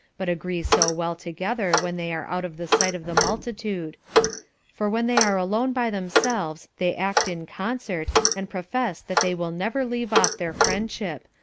but agree so well together when they are out of the sight of the multitude for when they are alone by themselves, they act in concert, and profess that they will never leave off their friendship,